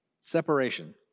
Separation